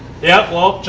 yeah. well,